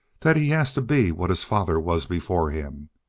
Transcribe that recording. that he has to be what his father was before him.